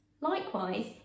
Likewise